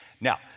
Now